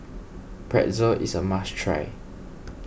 Pretzel is a must try